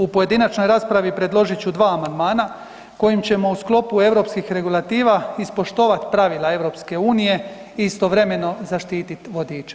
U pojedinačnoj raspravi predložit ću dva amandmana kojim ćemo u sklopu europskih regulativa ispoštovati pravila EU-a i istovremeno zaštititi vodiče.